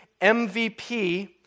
MVP